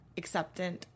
acceptant